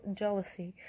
jealousy